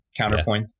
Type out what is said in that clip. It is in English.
counterpoints